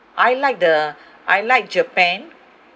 I like the I like japan